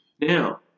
Now